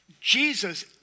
Jesus